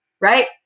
right